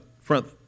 front